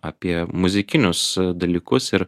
apie muzikinius dalykus ir